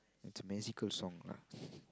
it's a magical song lah